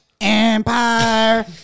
Empire